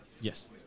yes